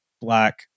black